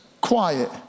quiet